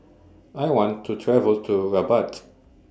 I want to travel to Rabat